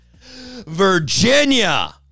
Virginia